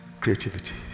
creativity